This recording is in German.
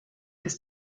ist